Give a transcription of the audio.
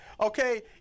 Okay